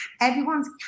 everyone's